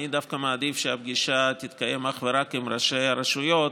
אני דווקא מעדיף שהפגישה תתקיים אך ורק עם ראשי הרשויות,